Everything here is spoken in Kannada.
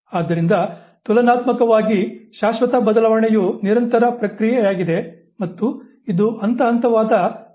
ಆದ್ದರಿಂದ ತುಲನಾತ್ಮಕವಾಗಿ ಶಾಶ್ವತ ಬದಲಾವಣೆಯು ನಿರಂತರ ಪ್ರಕ್ರಿಯೆಯಾಗಿದೆ ಮತ್ತು ಇದು ಹಂತಹಂತವಾದ ಕ್ರಮೇಣ ಪ್ರಕ್ರಿಯೆಯಾಗಿದೆ